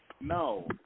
no